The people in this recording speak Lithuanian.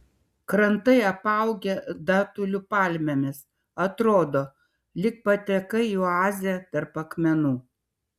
krantai apaugę datulių palmėmis atrodo lyg patekai į oazę tarp akmenų